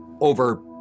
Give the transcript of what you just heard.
over